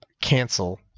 cancel